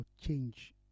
change